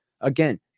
Again